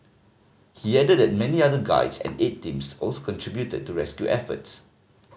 he added that many other guides and aid teams also contributed to rescue efforts